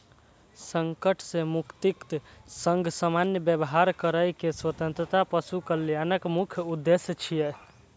संकट सं मुक्तिक संग सामान्य व्यवहार करै के स्वतंत्रता पशु कल्याणक मुख्य उद्देश्य छियै